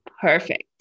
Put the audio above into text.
perfect